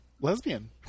Lesbian